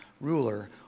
ruler